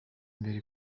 imbere